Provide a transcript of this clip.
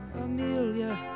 Amelia